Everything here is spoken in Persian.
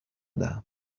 دهم